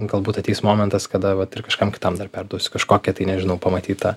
galbūt ateis momentas kada vat ir kažkam kitam dar perduosiu kažkokią tai nežinau pamatytą